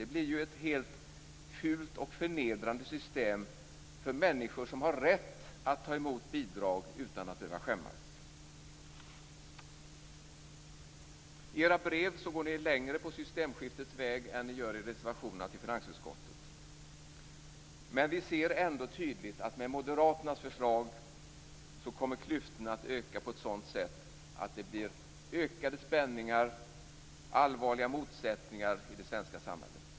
Det är ett helt fult och förnedrande system för människor som har rätt att ta emot bidrag utan att behöva skämmas. I era brev går ni längre på systemskiftets väg än ni gör i reservationerna till finansutskottets betänkande. Men vi ser ändå tydligt att klyftorna med Moderaternas förslag kommer att öka på ett sådant sätt att det blir ökade spänningar, allvarliga motsättningar i det svenska samhället.